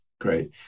great